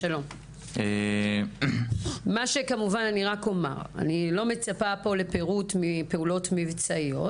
אני לא מצפה לפירוט מפעולות מבצעיות,